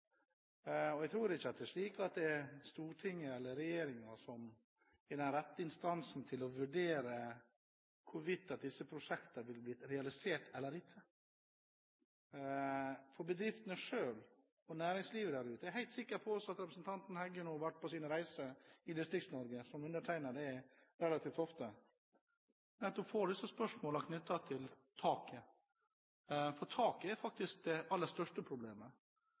for. Jeg tror ikke Stortinget eller regjeringen er den rette instansen til å vurdere hvorvidt disse prosjektene vil bli realisert eller ikke. Jeg er helt sikker på at også representanten Heggø når hun har vært på sine reiser i Distrikts-Norge – som undertegnede er relativt ofte – får spørsmål knyttet til taket. Taket er det aller største problemet